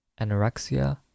Anorexia